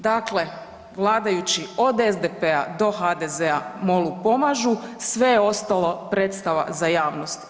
Dakle, vladajući od SDP-a do HDZ-a MOL-u pomažu, sve ostalo je predstava za javnost.